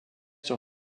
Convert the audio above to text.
sur